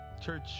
Church